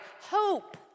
Hope